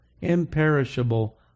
imperishable